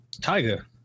Tiger